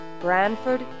Branford